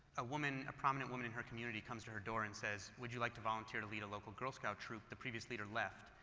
a woman a prominent woman in her community comes to her door and says, would you like to volunteer to lead a local girl scout troop the previous leader left?